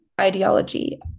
ideology